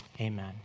amen